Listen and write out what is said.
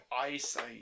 eyesight